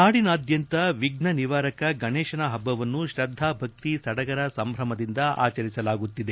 ನಾಡಿನಾದ್ಯಂತ ವಿಫ್ನೆನಿವಾರಕ ಗಣೇಶನ ಹಬ್ಬವನ್ನು ಶ್ರದ್ಧಾಭಕ್ತಿ ಸಡಗರ ಸಂಭ್ರಮದಿಂದ ಆಚರಿಸಲಾಗುತ್ತಿದೆ